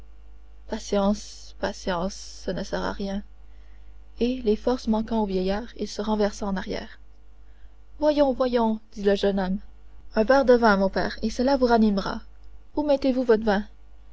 patience patience ce ne sera rien et les forces manquant au vieillard il se renversa en arrière voyons voyons dit le jeune homme un verre de vin mon père cela vous ranimera où mettez-vous votre vin